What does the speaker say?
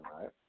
right